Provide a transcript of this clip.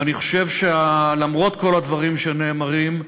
ואני חושב שלמרות כל הדברים שנאמרים,